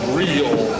real